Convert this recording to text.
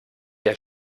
der